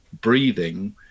breathing